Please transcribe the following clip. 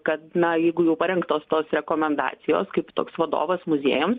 kad na jeigu jau parengtos tos rekomendacijos kaip toks vadovas muziejams